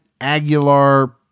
Aguilar